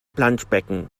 planschbecken